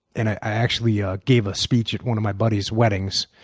and i actually ah gave a speech at one of my buddies' weddings.